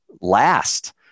last